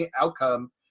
outcome